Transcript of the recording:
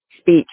speech